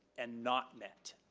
and not met,